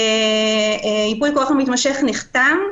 ייפוי הכוח המתמשך נחתם,